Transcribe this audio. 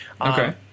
Okay